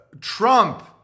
Trump